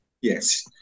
Yes